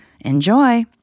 Enjoy